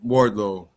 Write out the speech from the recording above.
Wardlow